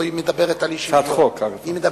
היא מדברת על אי-שוויון.